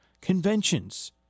conventions